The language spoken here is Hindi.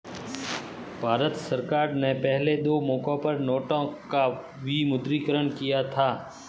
भारत सरकार ने पहले दो मौकों पर नोटों का विमुद्रीकरण किया था